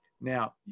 Now